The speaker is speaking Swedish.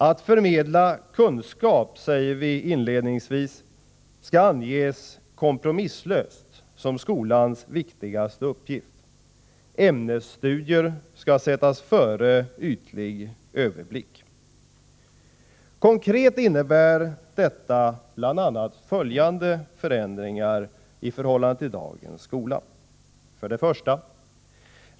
Att förmedla kunskap, säger vi inledningsvis, skall kompromisslöst anses som skolans viktigaste uppgift. Ämnesstudier skall sättas före ytlig överblick. Konkret innebär detta bl.a. följande förändringar i förhållande till dagens skola: 1.